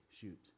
shoot